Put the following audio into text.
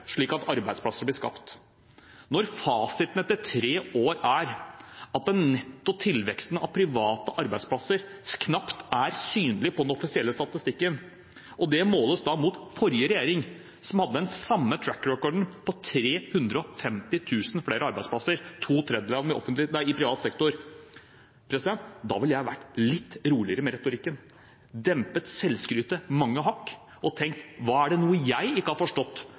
slik at arbeidsplasser blir skapt. Når fasiten etter tre år er at netto tilvekst av private arbeidsplasser knapt er synlig på den offisielle statistikken, og dette måles mot den forrige regjeringen, som hadde den samme «track record» på 350 000 flere arbeidsplasser, to tredeler av dem i privat sektor, da ville jeg vært litt roligere med retorikken, dempet selvskrytet mange hakk og tenkt: Hva er det jeg ikke har forstått